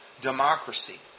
Democracy